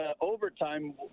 overtime